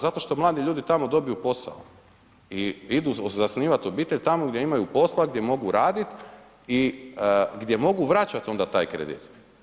Zato što mladi ljudi tamo dobiju posao i idu zasnivati obitelj tamo gdje imaju posla, gdje mogu raditi i gdje mogu vraćati onda taj kredit.